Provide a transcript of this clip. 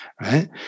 right